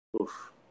Oof